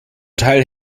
teil